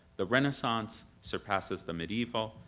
the renaissance surpasses the medieval,